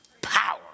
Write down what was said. power